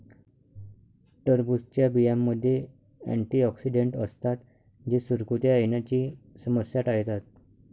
टरबूजच्या बियांमध्ये अँटिऑक्सिडेंट असतात जे सुरकुत्या येण्याची समस्या टाळतात